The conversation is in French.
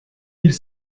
mille